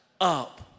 up